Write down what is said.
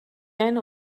eine